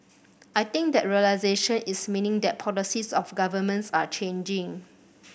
I think that realisation is meaning that policies of governments are changing